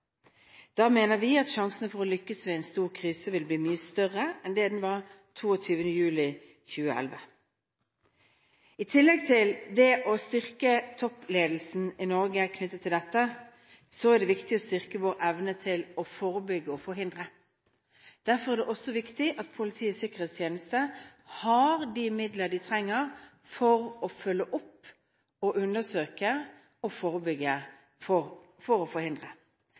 Da mener vi at sjansen for å lykkes ved en stor krise vil bli mye større enn det den var den 22. juli 2011. I tillegg til det å styrke toppledelsen i Norge knyttet til dette er det viktig å styrke vår evne til å forebygge og forhindre. Derfor er det også viktig at Politiets sikkerhetstjeneste har de midler de trenger for å følge opp, undersøke og forebygge – for å forhindre.